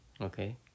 Okay